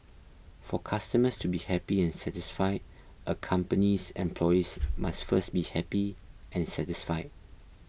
for customers to be happy and satisfied a company's employees must first be happy and satisfied